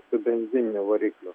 su benzininiu varikliu